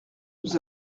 nous